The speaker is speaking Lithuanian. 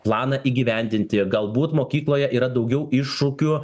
planą įgyvendinti galbūt mokykloje yra daugiau iššūkių